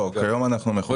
כיום אנחנו מכוסים.